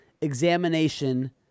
examination